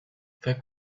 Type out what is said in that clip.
فکر